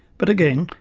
but, again,